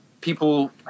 people